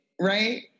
Right